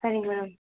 சரிங்க மேம்